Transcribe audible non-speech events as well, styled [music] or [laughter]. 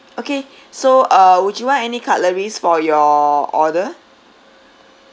okay [breath] so uh would you want any cutleries for your order